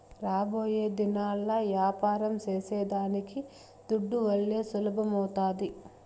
రాబోయేదినాల్ల యాపారం సేసేదానికి దుడ్డువల్లే సులభమౌతాది